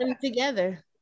together